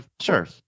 sure